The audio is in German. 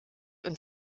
und